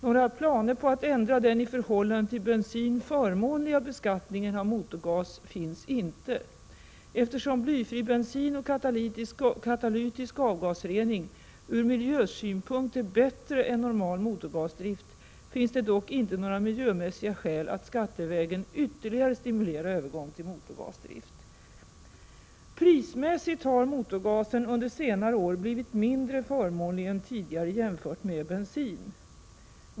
Några planer på att ändra den i förhållande till bensin förmånliga beskattningen av motorgas finns inte. Eftersom blyfri bensin och katalytisk avgasrening ur miljösynpunkt är bättre än normal motorgasdrift finns det dock inte några miljömässiga skäl att skattevägen ytterligare stimulera övergång till motorgasdrift. Prismässigt har motorgasen under senare år blivit mindre förmånlig än tidigare, jämfört med bensin.